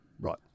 right